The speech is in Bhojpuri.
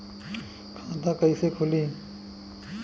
खाता कईसे खुली?